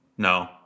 No